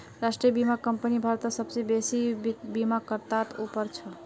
राष्ट्रीय बीमा कंपनी भारतत सबसे बेसि बीमाकर्तात उपर छ